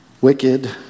Wicked